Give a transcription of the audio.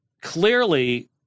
clearly